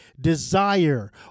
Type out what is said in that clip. desire